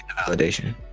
validation